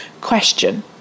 question